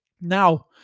Now